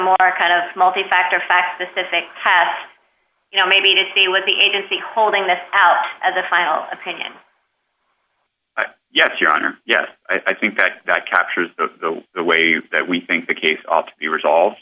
a kind of multifactor fact the specific test you know maybe to say what the agency holding this out as a file opinion yes your honor yes i think that captures the way that we think the case ought to be resolved